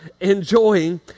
enjoying